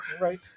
right